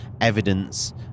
evidence